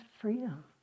freedom